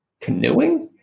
canoeing